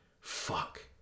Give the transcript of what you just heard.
fuck